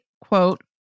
quote